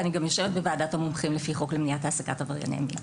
ואני גם יושבת בוועדת המומחים לפי חוק למניעת עסקת עברייני מין.